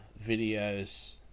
videos